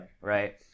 Right